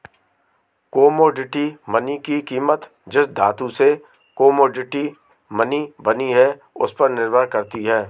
commodity money की कीमत जिस धातु से कोमोडिटी मनी बनी है उस पर निर्भर करती है